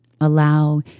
Allow